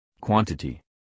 Quantity